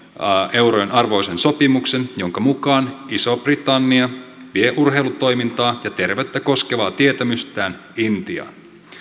eurojen arvoisen sopimuksen jonka mukaan iso britannia vie urheilutoimintaa ja terveyttä koskevaa tietämystään intiaan